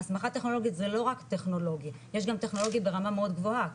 הסמכה טכנולוגית זה לא רק טכנולוגי יש גם טכנולוגי ברמה מאוד גבוהה,